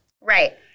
Right